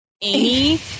Amy